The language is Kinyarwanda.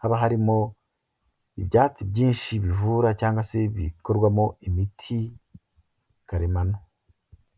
haba harimo ibyatsi byinshi bivura, cyangwa se bikorwamo imiti karemano.